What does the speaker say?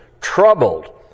troubled